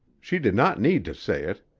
she did not need to say it.